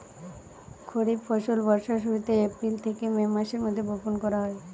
খরিফ ফসল বর্ষার শুরুতে, এপ্রিল থেকে মে মাসের মধ্যে বপন করা হয়